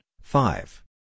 five